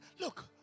look